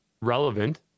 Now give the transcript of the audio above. relevant